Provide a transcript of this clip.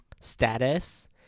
status